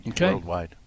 worldwide